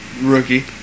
Rookie